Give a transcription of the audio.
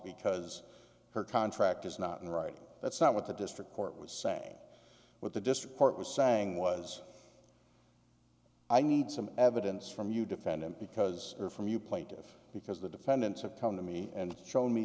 because her contract is not in writing that's not what the district court was say what the district court was saying was i need some evidence from you defendant because from you plaintive because the defendants have come to me and showed me